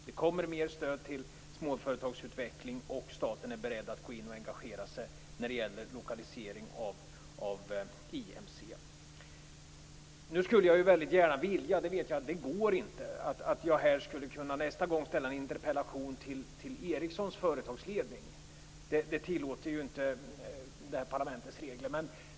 Det kommer mer stöd till småföretagsutveckling, och staten är beredd att gå in och engagera sig när det gäller lokalisering av IMC. Nu skulle jag väldigt gärna vilja, men jag vet att det inte går att göra här i kammaren, att nästa gång ställa en interpellation till Ericssons företagsledning. Det tillåter inte parlamentets regler.